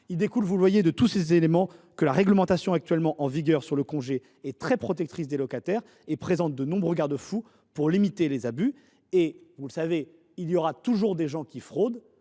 Il découle de tous ces éléments que la réglementation actuellement en vigueur sur le congé est très protectrice des locataires et présente de nombreux garde fous pour limiter les abus. Il y aura toujours des gens qui fraudent,